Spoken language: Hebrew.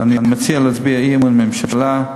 אני מציע להצביע אי-אמון בממשלה.